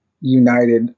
united